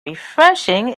refreshing